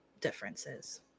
differences